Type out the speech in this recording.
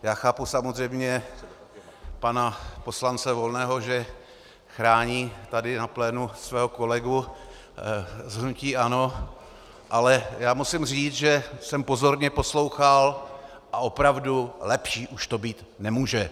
Já chápu samozřejmě pana poslance Volného, že chrání tady na plénu svého kolegu z hnutí ANO, ale musím říct, že jsem pozorně poslouchal, a opravdu, lepší už to být nemůže.